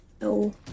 No